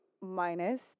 Minus